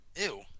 Ew